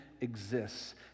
exists